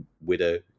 widow